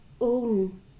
own